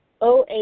OA